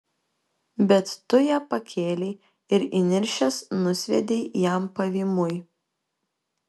bet tu ją pakėlei ir įniršęs nusviedei jam pavymui